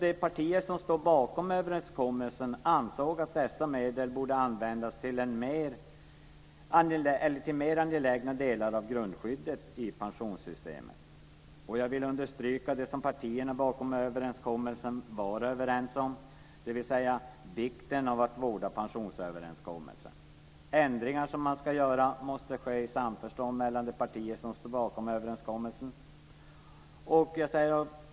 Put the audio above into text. De partier som står bakom överenskommelsen ansåg att dessa medel borde användas till mer angelägna delar av grundskyddet i pensionssystemet. Jag vill understryka det som partierna bakom överenskommelsen var överens om, dvs. vikten av att vårda pensionsöverenskommelsen. Ändringar som ska göras måste ske i samförstånd mellan de partier som står bakom överenskommelsen.